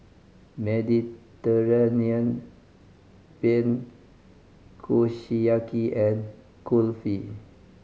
Mediterranean Penne Kushiyaki and Kulfi